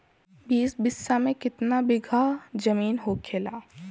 बीस बिस्सा में कितना बिघा जमीन होखेला?